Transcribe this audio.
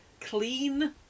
clean